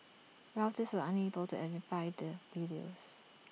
Reuters was unable to verify the videos